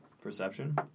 Perception